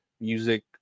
Music